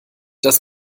das